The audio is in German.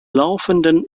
laufenden